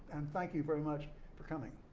and thank you very much for coming.